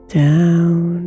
down